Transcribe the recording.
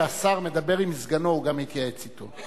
כשהשר מדבר עם סגנו הוא גם מתייעץ אתו,